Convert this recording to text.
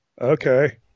okay